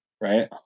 right